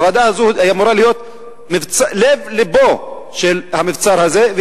הוועדה הזו אמורה להיות לב-לבו של המבצר הזה,